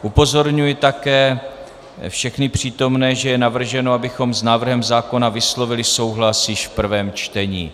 Upozorňuji také všechny přítomné, že je navrženo, abychom s návrhem zákona vyslovili souhlas již v prvém čtení.